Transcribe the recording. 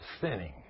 sinning